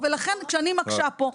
ולכן כשאני קשה פה,